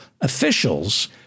officials